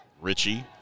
Richie